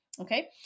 Okay